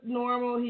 normal